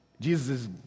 Jesus